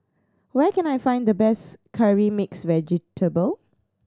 where can I find the best Curry Mixed Vegetable